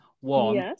One